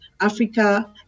Africa